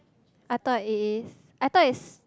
I thought it is I thought is